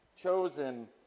chosen